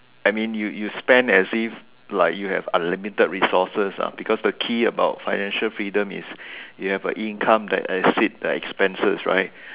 I mean you you spend as if like you have unlimited resources ah because the key about financial freedom is you have a income that exceeds the expenses right